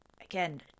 again